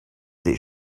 that